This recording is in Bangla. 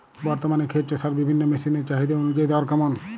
বর্তমানে ক্ষেত চষার বিভিন্ন মেশিন এর চাহিদা অনুযায়ী দর কেমন?